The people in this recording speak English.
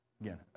Again